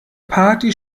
party